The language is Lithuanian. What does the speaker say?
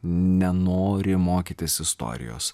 nenori mokytis istorijos